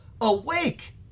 Awake